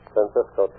Francisco